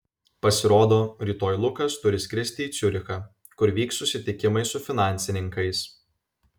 pasirodo rytoj lukas turi skristi į ciurichą kur vyks susitikimai su finansininkais